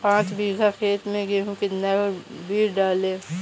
पाँच बीघा खेत में गेहूँ का कितना बीज डालें?